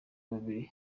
babiri